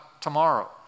tomorrow